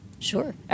Sure